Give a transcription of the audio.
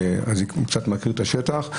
אז אני קצת מכיר את השטח.